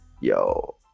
yo